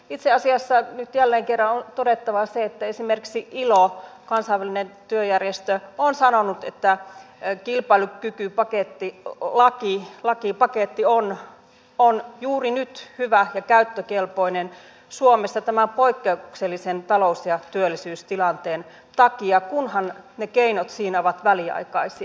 itse asiassa nyt jälleen kerran on todettava se että esimerkiksi ilo kansainvälinen työjärjestö on sanonut että kilpailukykypaketti lakipaketti on juuri nyt hyvä ja käyttökelpoinen suomessa tämän poikkeuksellisen talous ja työllisyystilanteen takia kunhan ne keinot siinä ovat väliaikaisia